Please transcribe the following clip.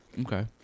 Okay